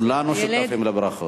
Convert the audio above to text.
כולנו שותפים לברכות.